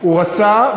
הוא רצה,